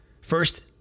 First